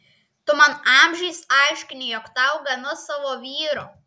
tu man amžiais aiškini jog tau gana savo vyro